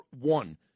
one